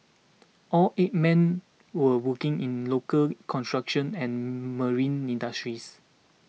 all eight man were working in the local construction and marine industries